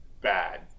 bad